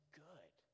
good